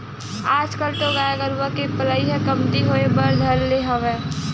आजकल तो गाय गरुवा के पलई ह कमती होय बर धर ले हवय